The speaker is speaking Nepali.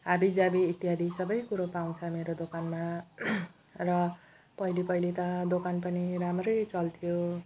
हावी जावी इत्यादि सबै कुरो पाउँछ मेरो दोकानमा र पहिले पहिले त दोकान पनि राम्रै चल्थ्यो